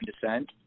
descent